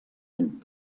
any